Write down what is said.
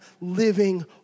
living